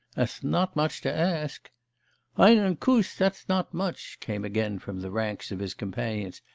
ah not much to ask einen and kuss, that's not much came again from the ranks of his companions,